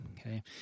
okay